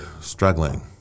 struggling